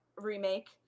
remake